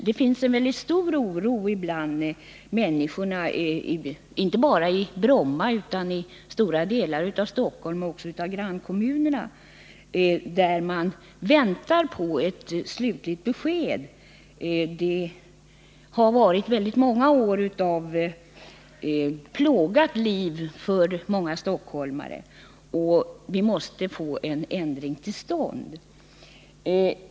Det finns stor oro bland människorna — inte bara i Bromma utan i stora delar av Stockholm och dess grannkommuner. Man väntar på ett slutligt besked. Det har varit många år av plåga för många stockholmare, och vi måste få en ändring till stånd.